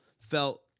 Felt